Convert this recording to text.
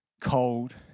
cold